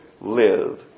live